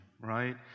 right